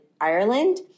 Ireland